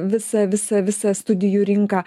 visą visą visą studijų rinką